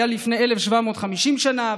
היה לפני 1,750 שנה,